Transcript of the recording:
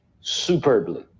superbly